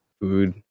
Food